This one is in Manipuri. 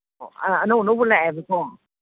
ꯑꯥ ꯑꯅꯧ ꯑꯅꯧꯕ ꯂꯥꯛꯑꯦꯕꯀꯣ